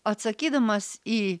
atsakydamas į